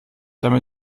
damit